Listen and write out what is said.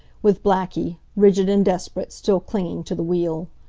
with blackie, rigid and desperate, still clinging to the wheel.